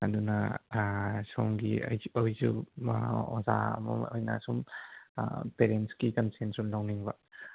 ꯑꯗꯨꯅ ꯁꯣꯝꯒꯤ ꯑꯩꯁꯨ ꯑꯣꯖꯥ ꯑꯃ ꯑꯣꯏꯅ ꯄꯦꯔꯦꯟꯁꯀꯤ ꯁꯨꯝ ꯂꯧꯅꯤꯡꯕ